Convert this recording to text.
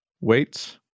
Weights